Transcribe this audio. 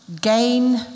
Gain